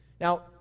Now